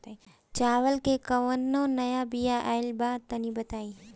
चावल के कउनो नया बिया आइल बा तनि बताइ?